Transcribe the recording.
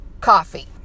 coffee